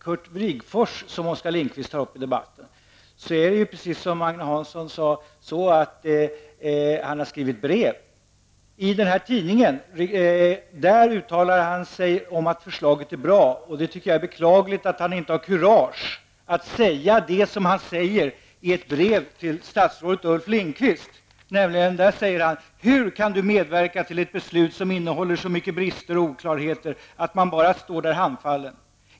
Curt Wrigfors, som Oskar Lindkvist omnämner i debatten, har förvisso skrivit brev. I tidningen Q uttalar han att föreliggande förslag är bra. Jag tycker det är beklagligt att han inte har kurage att säga det som han skriver i ett brev till bostadsminister Ulf Lönnqvist, nämligen följande: ''Hur kan du medverka till ett beslut som innehåller så mycket brister och oklarheter att man bara står där handfallen?